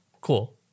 cool